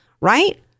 right